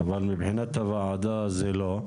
אבל מבחינת הוועדה זה לא.